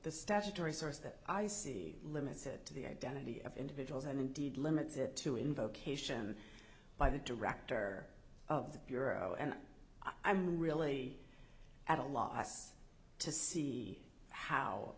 the statutory source that i see limited to the identity of individuals and indeed limits it to in vocation by the director of the bureau and i'm really at a loss to see how